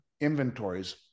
inventories